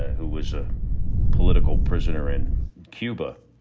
who was a political prisoner in cuba,